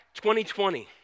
2020